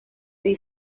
they